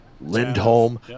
Lindholm